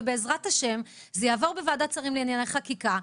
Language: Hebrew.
ובעזרת השם זה יעבור בוועדת שרים לענייני חקיקה.